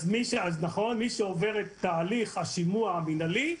מי שעובר את תהליך השימוע המינהלי,